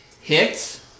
hits